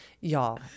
y'all